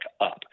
up